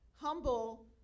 humble